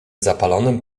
zapalonym